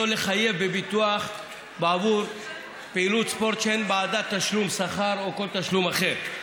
שלא לחייב בביטוח פעילות ספורט שאין בעדה תשלום שכר או כל תשלום אחר.